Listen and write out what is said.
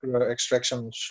extraction